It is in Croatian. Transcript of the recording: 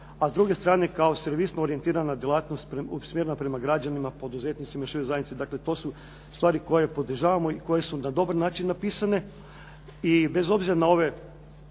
a s druge strane kao servisno orijentirana djelatnost usmjerena prema građanima, poduzetnicima i široj zajednici. Dakle, to su stvari koje podržavamo i koje su na dobar način napisane